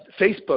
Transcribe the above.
Facebook